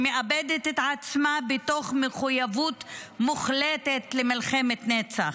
שמאבדת את עצמה בתוך מחויבות מוחלטת למלחמת נצח.